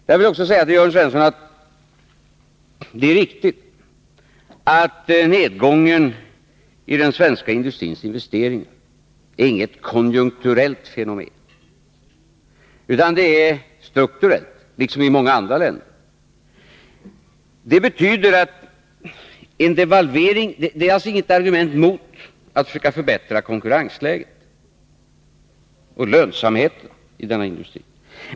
Jag vill också säga till Jörn Svensson att det är riktigt att nedgången i den svenska industrins investeringar inte är något konjunkturellt fenomen, utan det är strukturellt liksom i många andra länder. Det är inget argument mot att försöka förbättra konkurrensläget och lönsamheten i industrin.